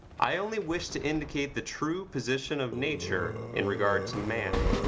i only wish to indicate the true position of nature in regard to man,